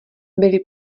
byli